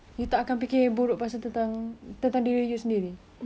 you confirm cakap macam you baik dengan orang macam gini tapi saya rasa